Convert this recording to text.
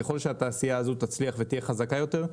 ככל שהתעשייה הזו תצליח ותהיה חזקה יותר,